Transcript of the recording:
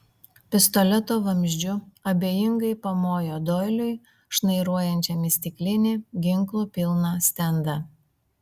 pistoleto vamzdžiu abejingai pamojo doiliui šnairuojančiam į stiklinį ginklų pilną stendą